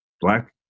black